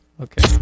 Okay